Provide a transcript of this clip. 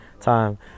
time